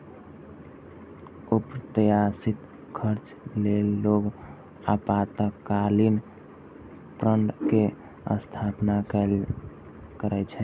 अप्रत्याशित खर्च लेल लोग आपातकालीन फंड के स्थापना करै छै